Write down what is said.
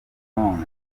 kone